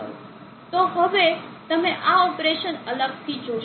તો હવે તમે આ ઓપરેશન અલગથી જોશો